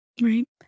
Right